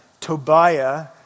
Tobiah